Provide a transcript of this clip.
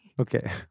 Okay